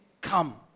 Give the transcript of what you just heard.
come